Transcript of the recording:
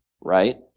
right